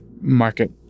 market